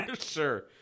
sure